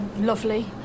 lovely